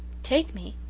take me?